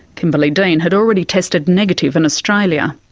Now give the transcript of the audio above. kimberley dean had already tested negative in australia.